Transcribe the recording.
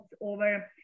over